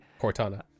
cortana